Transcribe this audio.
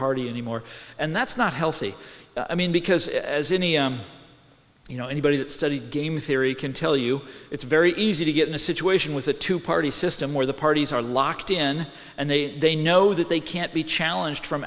party anymore and that's not healthy i mean because as any you know anybody that study game theory can tell you it's very easy to get in a situation with a two party system where the parties are locked in and they they know that they can't be challenged from